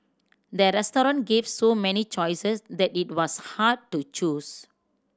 the restaurant gave so many choices that it was hard to choose